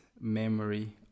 memory